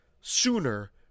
sooner